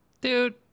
Dude